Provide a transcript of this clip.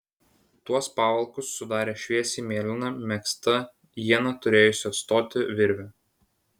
tuos pavalkus sudarė šviesiai mėlyna megzta ieną turėjusi atstoti virvė